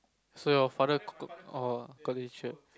so your father got orh got this shirt